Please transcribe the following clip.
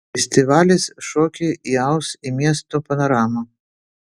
festivalis šokį įaus į miesto panoramą